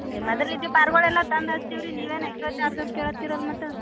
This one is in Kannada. ಏಯ್ ಮೊದಲಿದ್ದ ಪಾರ್ಗಳೆಲ್ಲ ತಂದು ಹಚ್ತೀವಿ ರೀ ನೀವು ಏನು ಎಕ್ಸ್ಟ್ರಾ ಚಾರ್ಜ್ ಅಂತ ಕೇಳತ್ತೀರಲ್ಲ ಮತ್ತೆ